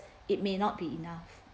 it may not be enough